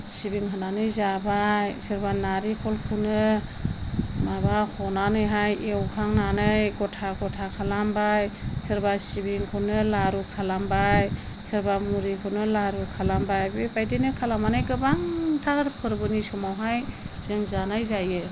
सिबिं होनानै जाबाय सोरबा नारिखलखौनो माबा हनानैहाय एवहांनानै गथा गथा खालामबाय सोरबा सिबिंखौनो लारु खालामबाय सोरबा मुरिखौनो लारु खालामबाय बेबायदिनो खालामनानै गोबांथार फोरबोनि समावहाय जों जानाय जायो